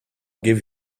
give